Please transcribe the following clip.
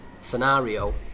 scenario